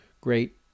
great